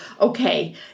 okay